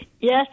Yes